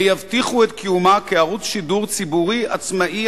ויבטיחו את קיומה כערוץ שידור ציבורי עצמאי,